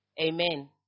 Amen